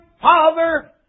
Father